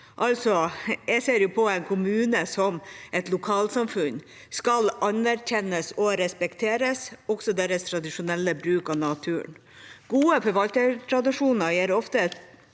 jeg ser på en kommune som et lokalsamfunn – skal anerkjennes og respekteres, også deres tradisjonelle bruk av naturen. Gode forvaltertradisjoner gir ofte